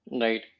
Right